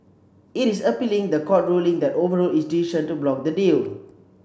it is appealing the court ruling that overruled its decision to block the deal